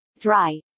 dry